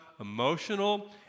emotional